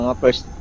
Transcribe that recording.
first